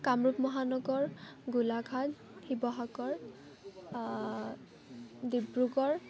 Kamrup Mahanagar Golaghat Sivasagar Dibrugarh